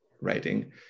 writing